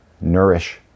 nourish